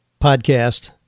podcast